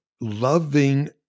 loving